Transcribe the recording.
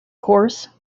course